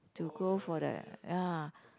to go for the ya